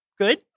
good